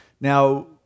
Now